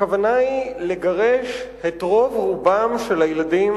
הכוונה היא לגרש את רוב רובם של הילדים